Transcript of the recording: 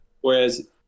Whereas